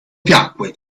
piacque